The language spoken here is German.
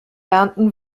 ernten